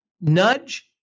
Nudge